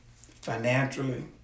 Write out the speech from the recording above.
financially